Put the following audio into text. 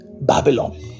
Babylon